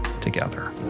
together